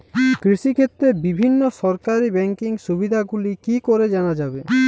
কৃষিক্ষেত্রে বিভিন্ন সরকারি ব্যকিং সুবিধাগুলি কি করে জানা যাবে?